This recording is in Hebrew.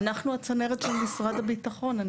אנחנו הצנרת של משרד הביטחון.